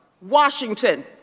Washington